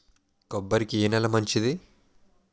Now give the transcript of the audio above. కొబ్బరి కి ఏ నేల మంచిది?